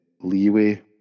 leeway